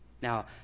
Now